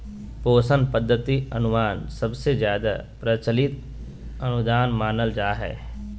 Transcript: पोषण पद्धति अनुमान सबसे जादे प्रचलित अनुदान मानल जा हय